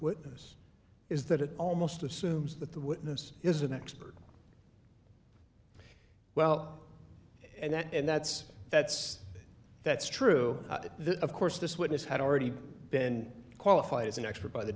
witness is that it almost assumes that the witness is an expert well and that's that's that's true that of course this witness had already been qualified as an expert by the